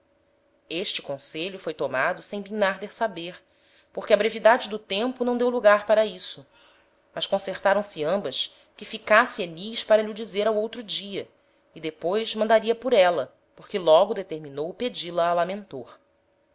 este conselho foi tomado sem bimnarder saber porque a brevidade do tempo não deu lugar para isso mas concertaram se ambas que ficasse enis para lh'o dizer ao outro dia e depois mandaria por éla porque logo determinou pedi-la a lamentor